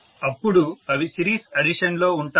అప్పుడు అవి series addition లో ఉంటాయి